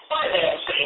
financing